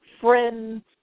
friends